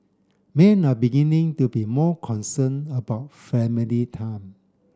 men are beginning to be more concerned about family time